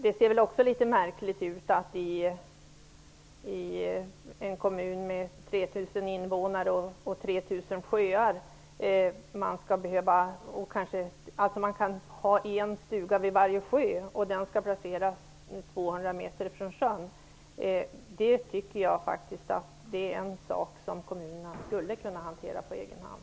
Det kan se litet märkligt ut i t.ex. en kommun med 3 000 invånare och 3 000 sjöar. Man kan ha en stuga vid varje sjö, och stugan skall placeras 200 meter från sjön. Det tycker jag är en sak som kommunerna skulle kunna hantera på egen hand.